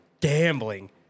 gambling